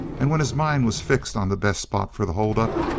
and when his mind was fixed on the best spot for the holdup,